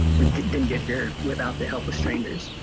we wouldn't get here without the help of strangers.